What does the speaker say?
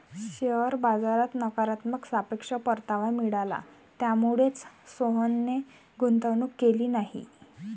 share बाजारात नकारात्मक सापेक्ष परतावा मिळाला, त्यामुळेच सोहनने गुंतवणूक केली नाही